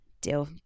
deal